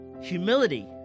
Humility